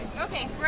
Okay